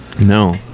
No